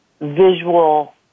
visual